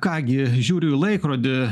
ką gi žiūriu į laikrodį